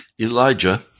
Elijah